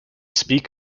speak